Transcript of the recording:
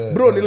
Bro